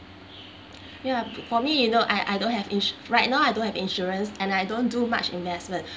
ya for me you know I I don't have ins~ right now I don't have insurance and I don't do much investment